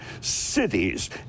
cities